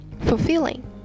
fulfilling